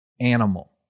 animal